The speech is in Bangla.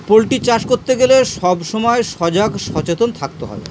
পোলট্রি চাষ করতে গেলে সব সময় সজাগ সচেতন থাকতে হয়